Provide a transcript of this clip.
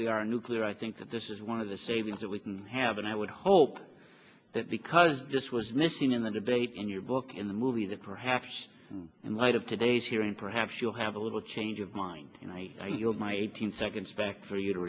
we are nuclear i think that this is one of the savings that we can have and i would hope that because just was missing in the debate in your book in the movie that perhaps in light of today's hearing perhaps you'll have a little change of mind and i yield my eighteen seconds back for you to